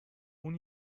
اون